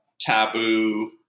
Taboo